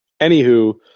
Anywho